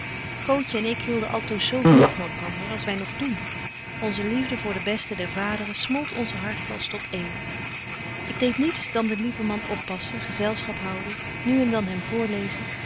cootje en ik hielden altoos zo veel van elkander als wy nog doen onze liefde voor den besten der vaderen smolt onze harten als tot een ik deed niets dan den lieven man oppassen gezelschap houden nu en dan hem voorlezen